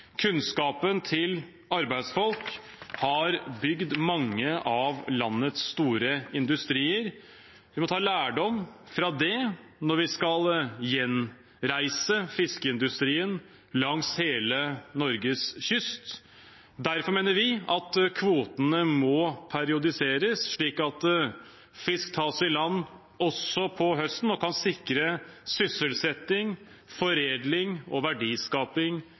Kunnskapen til arbeidsfolk har bygd mange av landets store industrier. Vi må ta lærdom av det når vi skal gjenreise fiskeindustrien langs hele Norges kyst. Derfor mener vi at kvotene må periodiseres, slik at fisk tas i land også på høsten og kan sikre sysselsetting, foredling og verdiskaping